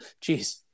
Jeez